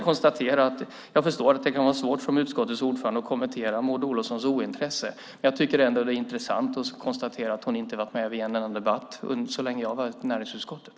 Jag förstår att det är svårt för utskottets ordförande att kommentera Maud Olofssons ointresse, men jag tycker ändå att det är intressant att konstatera att hon inte har varit med vid en enda debatt så länge jag har varit i näringsutskottet.